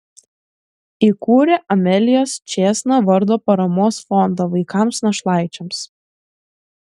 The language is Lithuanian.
įkūrė amelijos čėsna vardo paramos fondą vaikams našlaičiams